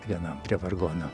vienam prie vargonų